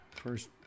first